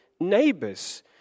neighbours